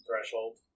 threshold